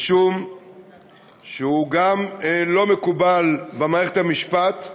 משום שהוא גם לא מקובל במערכת המשפט,